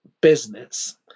business